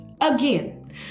again